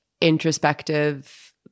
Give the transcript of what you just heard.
introspective